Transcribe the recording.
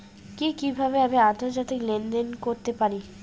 কি কিভাবে আমি আন্তর্জাতিক লেনদেন করতে পারি?